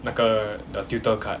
那个 the tutor card